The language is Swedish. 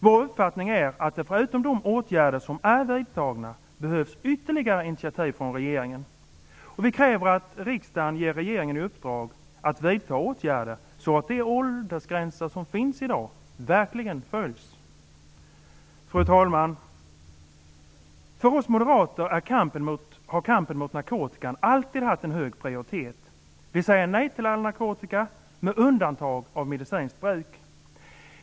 Vår uppfattning är att det förutom de åtgärder som är vidtagna behövs ytterligare initiativ från regeringen. Vi kräver att riksdagen ger regeringen i uppdrag att vidta åtgärder så att de åldersgränser som finns i dag verkligen följs. Fru talman! För oss moderater har kampen mot narkotika alltid haft en hög prioritet. Vi säger nej till all narkotika, med undantag av medicinskt bruk.